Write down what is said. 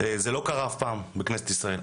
וזה לא קרה אף פעם בכנסת ישראל.